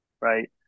right